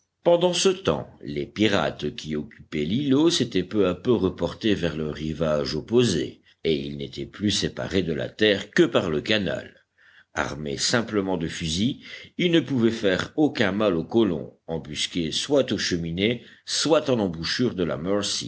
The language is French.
pendant ce temps les pirates qui occupaient l'îlot s'étaient peu à peu reportés vers le rivage opposé et ils n'étaient plus séparés de la terre que par le canal armés simplement de fusils ils ne pouvaient faire aucun mal aux colons embusqués soit aux cheminées soit à l'embouchure de la